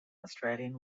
australian